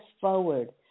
forward